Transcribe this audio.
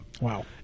Wow